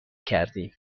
کردیم